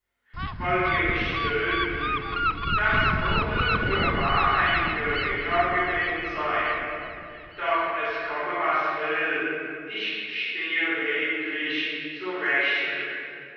wollt ihr mich töten das würde fürwahr ein geringer gewinn sein doch es komme was will ich stehe redlich zu rechte